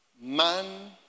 man